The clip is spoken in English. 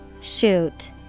Shoot